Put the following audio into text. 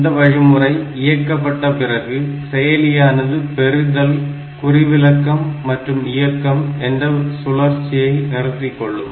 இந்த வழிமுறை இயக்கப்பட்ட பிறகு செயலியானது பெறுதல் குறிவிலக்கம் மற்றும் இயக்கம் என்ற சுழற்சியை நிறுத்திக்கொள்ளும்